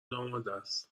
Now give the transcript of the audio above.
آمادست